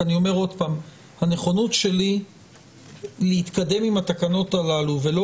אני אומר עוד פעם: הנכונות שלי להתקדם עם התקנות הללו ולא